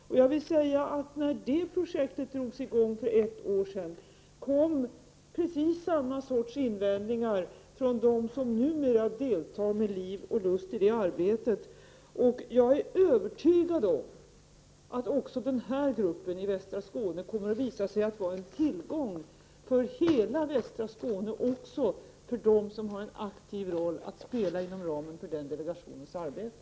När det projektet drogs i gång för ett år sedan, kom de som numera deltar med liv och lust i arbetet med precis samma invändningar. Jag är övertygad om att också gruppen i västra Skåne kommer att bli en tillgång för hela västra Skåne och även för dem som har en aktiv roll inom delegationens arbete.